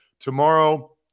tomorrow